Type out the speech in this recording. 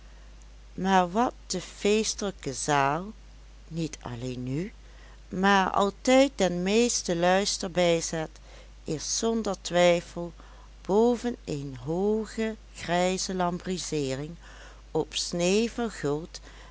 maar wat de feestelijke zaal niet alleen nu maar altijd den meesten luister bijzet is zonder twijfel boven een hooge grijze lambrizeering op